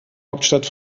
hauptstadt